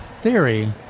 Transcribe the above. theory